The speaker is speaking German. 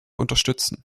unterstützen